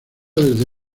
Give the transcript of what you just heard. desde